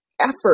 effort